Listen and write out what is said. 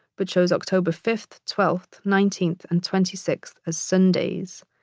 but shows october fifth, twelfth, nineteenth, and twenty sixth as sundays.